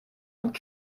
und